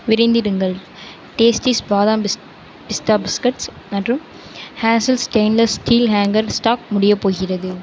விரைந்திடுங்கள் டேஸ்டீஸ் பாதாம் பிஸ் பிஸ்தா பிஸ்கட்ஸ் மற்றும் hazels stainless steel hanger stock முடியப் போகிறது